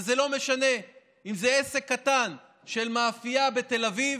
וזה לא משנה אם זה עסק קטן של מאפייה בתל אביב,